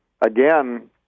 again